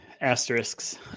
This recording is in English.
asterisks